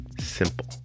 simple